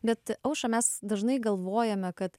bet aušra mes dažnai galvojame kad